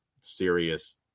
serious